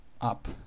up